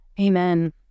Amen